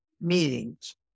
meetings